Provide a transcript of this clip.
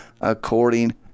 according